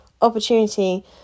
opportunity